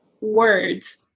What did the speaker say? words